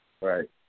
Right